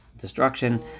destruction